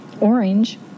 orange